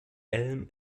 elm